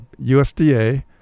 USDA